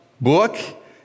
book